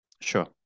sure